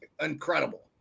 incredible